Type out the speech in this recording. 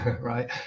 right